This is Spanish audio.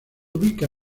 ubica